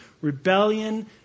rebellion